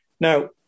Now